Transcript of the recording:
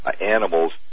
animals